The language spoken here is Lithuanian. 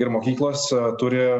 ir mokyklos turi